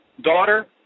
daughter